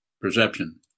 perception